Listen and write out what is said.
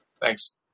Thanks